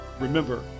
Remember